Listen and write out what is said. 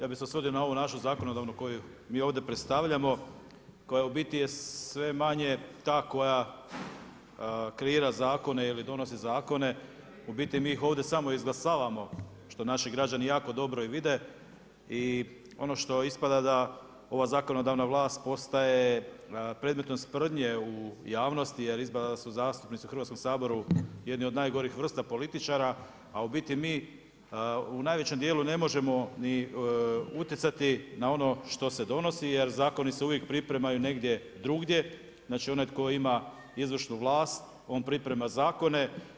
Ja bi se usudio na ovu našu zakonodavnu koju mi ovdje predstavljamo, koja u biti je sve manje ta koja kreira zakone ili donosi zakone, u biti mi ih ovdje samo izglasavamo što naši građani jako dobro i vide, i ono što ispada da ova zakonodavna vlast postaje predmetom sprdnje u javnosti jer ispada da su zastupnici u Hrvatskom saboru jedni od najgorih vrsta političara, a u biti mi u najvećem dijelu ne možemo ni utjecati na ono što se donosi jer zakoni se uvijek pripremaju negdje drugdje, znači onaj koji ima izvršnu vlast, on priprema zakone.